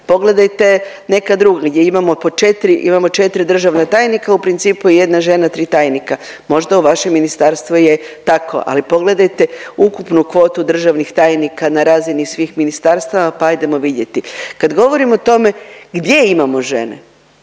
pogledajte neka drugdje gdje imamo po 4, imamo 4 državna tajnika u principu je 1 žena 3 tajnika. Možda u vašem ministarstvu je tako, ali pogledajte ukupnu kvotu državnih tajnika na razini svih ministarstva pa ajdemo vidjeti. Kad govorim o tome gdje imamo žene